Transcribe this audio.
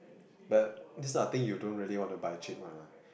but this type of thing you don't really want to buy cheap one lah